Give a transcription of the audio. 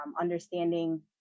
understanding